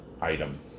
item